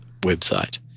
website